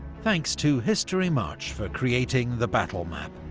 thanks to historymarche for creating the battle map.